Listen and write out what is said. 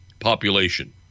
population